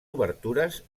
obertures